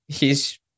hes